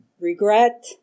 regret